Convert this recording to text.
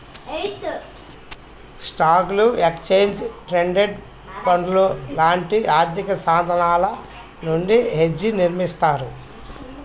స్టాక్లు, exchange traded ఫండ్లు లాంటి ఆర్థికసాధనాల నుండి హెడ్జ్ని నిర్మిత్తారు